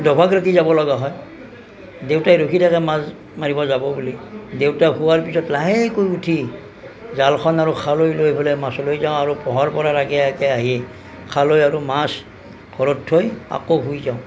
দোভাগ ৰাতি যাব লগা হয় দেউতাই ৰখি থাকে মাছ মাৰিব যাব বুলি দেউতা শোৱাৰ পিছত লাহেকৈ উঠি জালখন আৰু খালৈ লৈ পেলাই মাছলৈ যাওঁ আৰু পোহৰ পৰাৰ আগে আগে আহি খালৈ আৰু মাছ ঘৰত থৈ আকৌ শুই যাওঁ